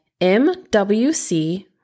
MWC